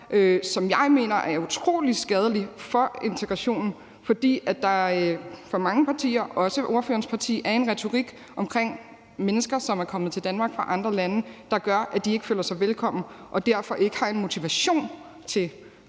som jeg mener er utrolig skadelig for integrationen; fra mange partier og også fra spørgerens parti er der en retorik omkring mennesker, som er kommet til Danmark fra andre lande, der gør, at de ikke føler sig velkomne og derfor ikke har en motivation til at blive